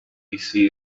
isi